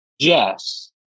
Jess